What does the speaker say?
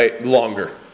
Longer